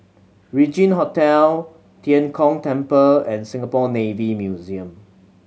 Regin Hotel Tian Kong Temple and Singapore Navy Museum